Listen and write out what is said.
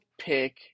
pick